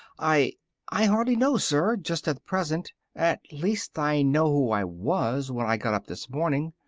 i i hardly know, sir, just at present at least i know who i was when i got up this morning,